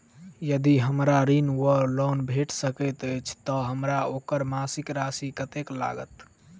यदि हमरा ऋण वा लोन भेट सकैत अछि तऽ हमरा ओकर मासिक राशि कत्तेक लागत?